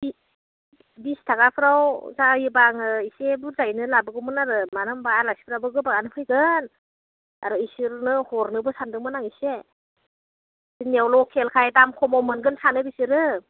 बिस बिस थाखाफोराव जायोब्ला आङो एसे बुरजायैनो लाबोगौमोन आरो मानो होमब्ला आलासिफ्राबो गोबाङानो फैगोन आरो इसोरनो हरनोबो सान्दोंमोन एसे जोंनियाव लकेलखाय दाम खमाव मोनगोन सानो बिसोरो